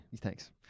thanks